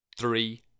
three